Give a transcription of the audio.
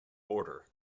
order